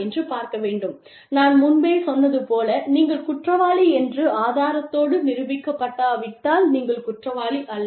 என்று பார்க்க வேண்டும் நான் முன்பே சொன்னது போல நீங்கள் குற்றவாளி என்று ஆதாரத்தோடு நிரூபிக்கப்படாவிட்டால் நீங்கள் குற்றவாளி அல்ல